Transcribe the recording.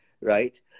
right